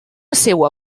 seua